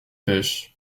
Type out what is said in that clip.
pêchent